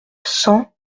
cent